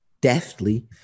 deftly